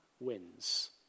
Wins